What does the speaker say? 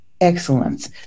excellence